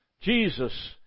Jesus